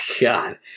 god